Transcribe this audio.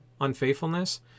unfaithfulness